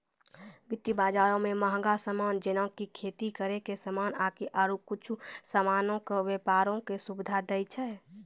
वित्त बजारो मे मंहगो समान जेना कि खेती करै के समान आकि आरु कुछु समानो के व्यपारो के सुविधा दै छै